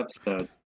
episode